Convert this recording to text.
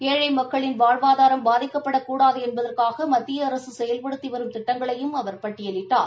ஏழை மக்களின் வாழ்வாதாரம் பாதிக்கப்படக்கூடாது என்பதற்காக மத்திய அரசு செயல்படுத்தி வரும் திட்டங்களையும் அவர் பட்டியலிட்டார்